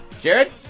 Jared